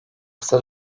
kısa